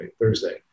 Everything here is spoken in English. Thursday